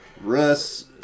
Russ